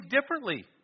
differently